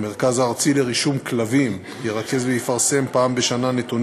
המרכז הארצי לרישום כלבים ירכז ויפרסם פעם בשנה נתונים